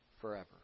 forever